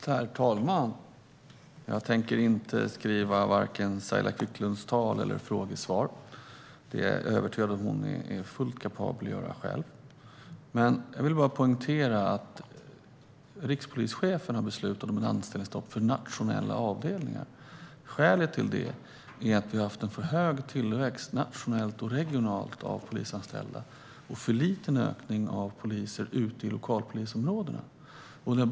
Herr talman! Jag tänker inte skriva Saila Quicklunds tal eller frågesvar. Det är jag övertygad om att hon är fullt kapabel att göra själv. Jag vill bara poängtera att rikspolischefen har beslutat om ett anställningsstopp för nationella avdelningar. Skälet till det är att vi har haft en för hög tillväxt av polisanställda nationellt och regionalt och en för liten ökning av poliser ute i lokalpolisområdena.